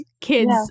kids